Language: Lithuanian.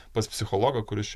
pas psichologą kuris čia